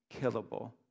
killable